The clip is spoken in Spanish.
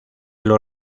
los